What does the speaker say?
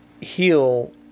heal